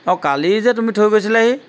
অঁ কালি যে তুমি থৈ গৈছিলাহি